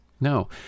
No